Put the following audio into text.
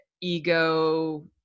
ego